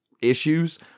issues